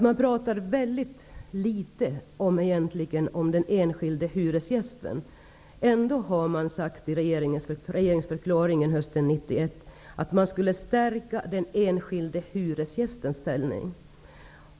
Man pratar egentligen mycket litet om den enskilde hyresgästen, trots att man i regeringsförklaringen hösten 1991 sade att man skulle stärka den enskilde hyresgästens ställning.